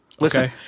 listen